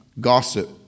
gossip